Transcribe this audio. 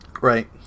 Right